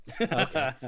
Okay